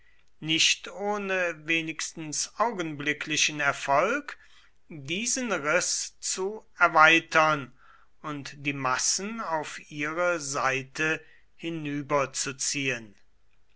nicht ohne wenigstens augenblicklichen erfolg diesen riß zu erweitern und die massen auf ihre seite